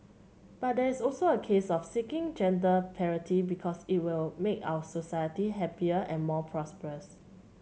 but there is also a case of seeking gender parity because it will make our society happier and more prosperous